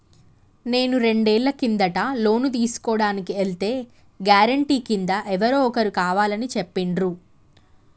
నేను రెండేళ్ల కిందట లోను తీసుకోడానికి ఎల్తే గారెంటీ కింద ఎవరో ఒకరు కావాలని చెప్పిండ్రు